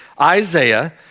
Isaiah